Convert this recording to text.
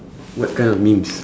what kind of memes